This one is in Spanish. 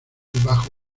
bajo